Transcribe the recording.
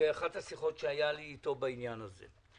באחת השיחות שהיתה לי אתו בעניין הזה.